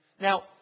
Now